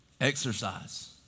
Exercise